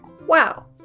Wow